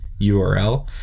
URL